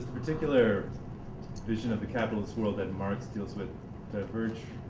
particular vision of the capitalist world that marx deals with diverges,